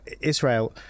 israel